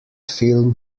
film